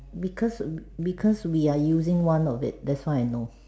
because because we are using one of it that's why I know